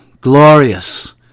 glorious